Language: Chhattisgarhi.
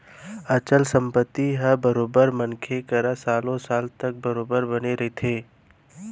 अचल संपत्ति ह बरोबर मनखे करा सालो साल तक बरोबर बने रहिथे